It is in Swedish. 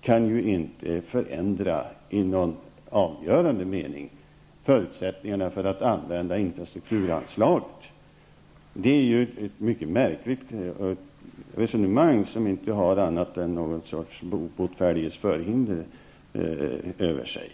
kan inte innebära någon avgörande förändring av förutsättningarna för att använd infrastrukturanslaget. Det är ett mycket märkligt resonemang som inte har någonting annat än en sorts botfärdighetsförhinder över sig.